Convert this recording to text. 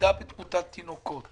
ירידה בתמותת תינוקות